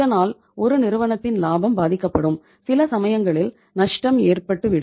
இதனால் ஒரு நிறுவனத்தின் லாபம் பாதிக்கப்படும் சில சமயங்களில் நஷ்டம் ஏற்பட்டு விடும்